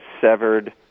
severed